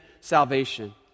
salvation